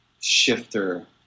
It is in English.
shifter